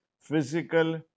physical